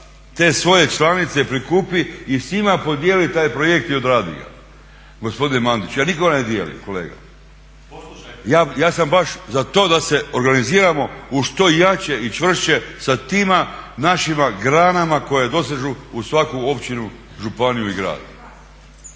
te svoje članice prikupi i s njima podijeli taj projekt i odradi ga. Gospodine Mandić ja nikoga ne dijelim, kolega. Ja sam baš za to da se organiziramo u što jače i čvršće sa tima našima granama koje dosežu u svaku općinu, županiju i grad.